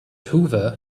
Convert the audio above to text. hoover